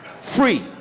free